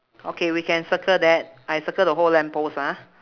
okay we can circle that I circle the whole lamp post ah